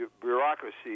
bureaucracy